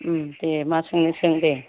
दे मा सोंनो सों दे